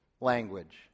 language